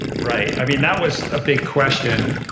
right, i mean, that was a big question,